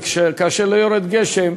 וכאשר לא יורד גשם,